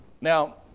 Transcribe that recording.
now